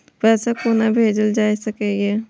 पैसा कोना भैजल जाय सके ये